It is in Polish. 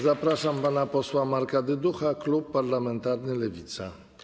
Zapraszam pana posła Marka Dyducha, klub parlamentarny Lewica.